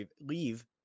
leave